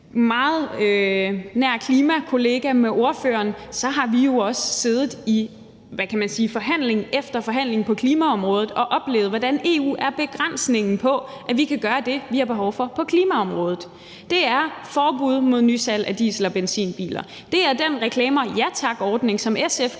meget nær klimakollega til ordføreren, at vi jo også har siddet i forhandling efter forhandling på klimaområdet og oplevet, hvordan EU er begrænsningen på, at vi kan gøre det, vi har behov for, på klimaområdet. Det er forbud mod nysalg af diesel- og benzinbiler. Den Reklamer Ja Tak-ordning, som SF